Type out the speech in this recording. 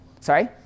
Sorry